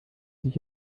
dich